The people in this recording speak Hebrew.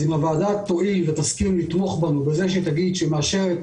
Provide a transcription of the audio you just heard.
אז אם הוועדה תואיל לתמוך בנו בזה שהיא תגיד שהיא מאשרת,